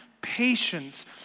patience